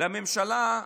שהממשלה,